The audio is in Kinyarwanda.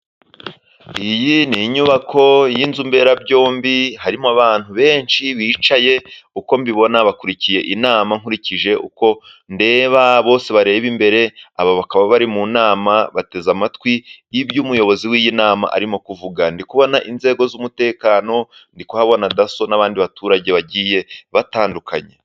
Iyi ni inyubako y'inzu mberabyombi, harimo abantu benshi bicaye uko mbibona bakurikiye inama, nkurikije uko ndeba bose bareba imbere, aba bakaba bari mu nama bateze amatwi y'iby'umuyobozi w'iyi nama arimo kuvuga, ndi kubona inzego z'umutekano ndi kuhabona dasso n'abandi baturage bagiye batandukanye.